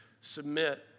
submit